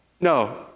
No